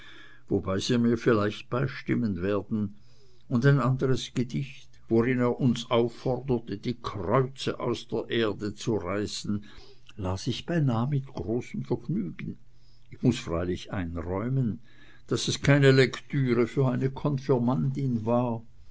worin sie mir vielleicht beistimmen werden und ein anderes gedicht worin er uns aufforderte die kreuze aus der erde zu reißen las ich beinah mit gleichem vergnügen ich muß freilich einräumen daß es keine lektüre für eine konfirmandin war